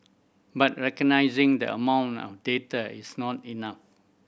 but recognising the amount of data is not enough